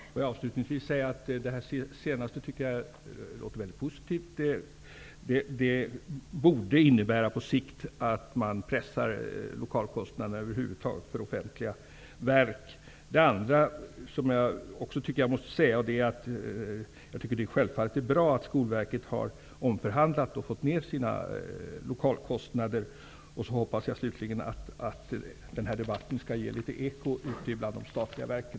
Fru talman! Avslutningsvis vill jag säga att det senaste som finansministern sade låter väldigt positivt. Det borde på sikt innebära att man pressar ned lokalkostnaderna för offentliga verk över huvud taget. För övrigt är det självfallet bra att Skolverket har omförhandlat och fått ned sina lokalkostnader. Slutligen hoppas jag att den här debatten skall ge ett litet eko ute bland de statliga verken.